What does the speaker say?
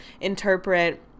interpret